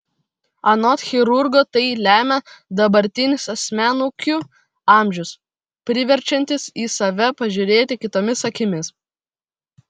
anot chirurgo tai lemia dabartinis asmenukių amžius priverčiantis į save pažiūrėti kitomis akimis